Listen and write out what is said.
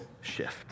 shift